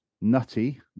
Nutty